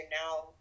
now